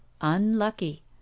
Unlucky